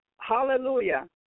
Hallelujah